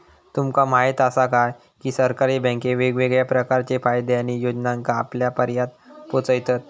तुमका म्हायत आसा काय, की सरकारी बँके वेगवेगळ्या प्रकारचे फायदे आणि योजनांका आपल्यापर्यात पोचयतत